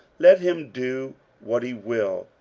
let him do what he will,